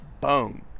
bone